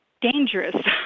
dangerous